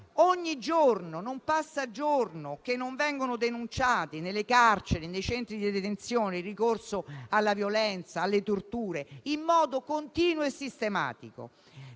gravi e non passa giorno senza che venga denunciato nelle carceri e nei centri detenzione il ricorso alla violenza e alle torture in modo continuo e sistematico.